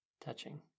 touching